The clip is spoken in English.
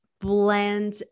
blend